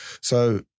so-